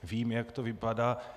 Vím, jak to vypadá.